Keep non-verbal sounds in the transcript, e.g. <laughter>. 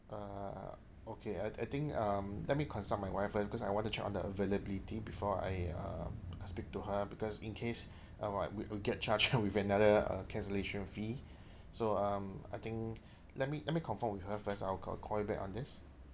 uh okay I I think um let me consult my wife first because I want to check on the availability before I uh I speak to her because in case uh I we'll get charged <laughs> with another uh cancellation fee so um I think let me let me confirm with her first I'll I'll call you back on this